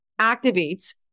activates